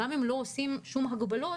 וגם אם לא נוקטים בשום הגבלות,